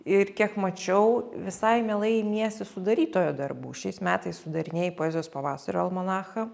ir kiek mačiau visai mielai imiesi sudarytojo darbų šiais metais sudarinėji poezijos pavasario almanachą